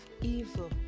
evil